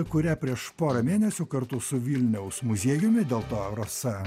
kurią prieš porą mėnesių kartu su vilniaus muziejumi dėl to rasa